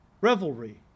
revelry